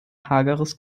hageres